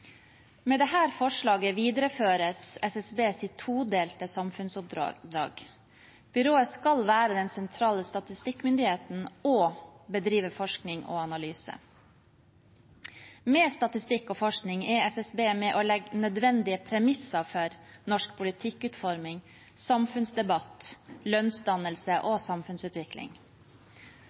Med dette forslaget videreføres SSBs todelte samfunnsoppdrag. Byrået skal være den sentrale statistikkmyndigheten og bedrive forskning og analyse. Med statistikk og forskning er SSB med og legger nødvendige premisser for norsk politikkutforming, samfunnsdebatt, lønnsdannelse og samfunnsutvikling.